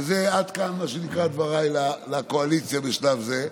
וזה עד כאן, מה שנקרא, דבריי לאופוזיציה בשלב זה.